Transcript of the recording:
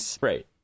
right